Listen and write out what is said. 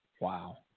Wow